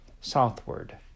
southward